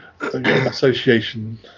association